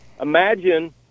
Imagine